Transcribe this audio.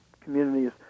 communities